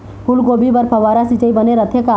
फूलगोभी बर फव्वारा सिचाई बने रथे का?